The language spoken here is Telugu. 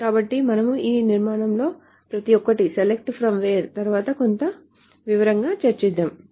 కాబట్టి మనము ఈ నిర్మాణాలలో ప్రతి ఒక్కటి SELECT FROM WHERE తరువాత కొంత వివరంగా చర్చిద్దాము